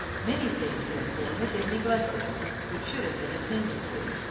many things, therefore, had been neglected which should have been attended to,